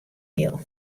mail